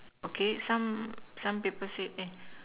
okay some some people say eh